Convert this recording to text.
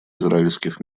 израильских